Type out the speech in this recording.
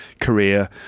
career